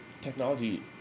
technology